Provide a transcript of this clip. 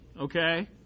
okay